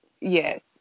yes